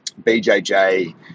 BJJ